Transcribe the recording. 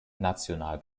national